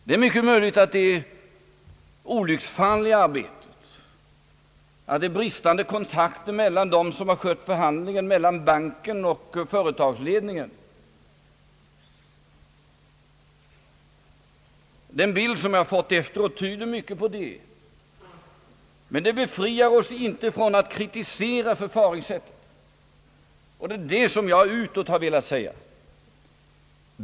Det är mycket möjligt att det är olycksfall i arbetet, bristande kontakt mellan dem som skött förhandlingen mellan banken och företagsledningen. Den bild jag fått efteråt tyder mycket på det, men det hindrar inte att vi kritiserar förfaringssättet. Det är detta som jag velat säga utåt.